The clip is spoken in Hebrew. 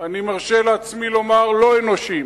אני מרשה לעצמי לומר, לא אנושיים.